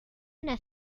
una